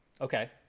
Okay